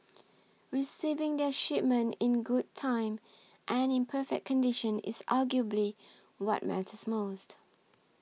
receiving their shipment in good time and in perfect condition is arguably what matters most